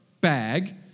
bag